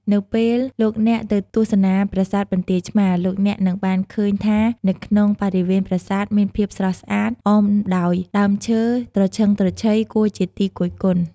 នៅពេលលោកអ្នកទៅទស្សនាប្រាសាទបន្ទាយឆ្មារ លោកអ្នកនឹងបានឃើញថានៅក្នុងបរិវេណប្រាសាទ មានភាពស្រស់ស្អាត អមដោយដើមឈើត្រឈឹងត្រឈៃ គួរជាទីគយគន់។